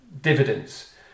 dividends